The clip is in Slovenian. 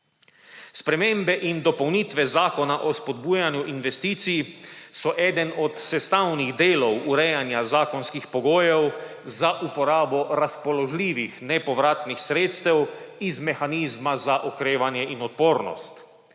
Spremembe in dopolnitve Zakona o spodbujanju investicij so eden od sestavnih delov urejanja zakonskih pogojev za uporabo razpoložljivih nepovratnih sredstev iz mehanizma za okrevanje in odpornost.